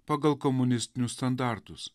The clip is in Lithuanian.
pagal komunistinius standartus